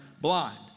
blind